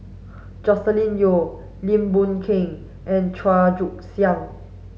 Joscelin Yeo Lim Boon Keng and Chua Joon Siang